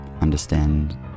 understand